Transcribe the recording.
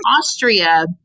Austria